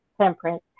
temperance